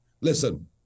Listen